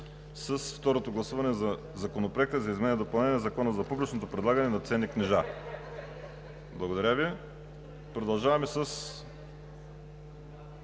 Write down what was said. с второто гласуване на Законопроекта за изменение и допълнение на Закона за публичното предлагане на ценни книжа. Благодаря Ви. Продължаваме с: